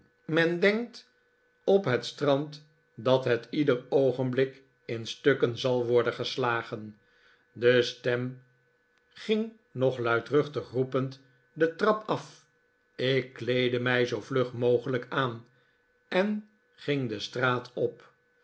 men denkt op het strand dat het ieder oogenblik in stukken zal worden geslagen de stem ging nog luidruchtig roepend de trap af ik kleedde mij zoo vlug mogelijk aan en ging de straat op